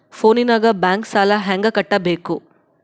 ಫೋನಿನಾಗ ಬ್ಯಾಂಕ್ ಸಾಲ ಹೆಂಗ ಕಟ್ಟಬೇಕು?